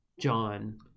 John